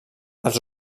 els